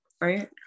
right